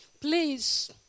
please